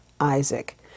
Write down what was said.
Isaac